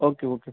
okay okay